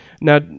Now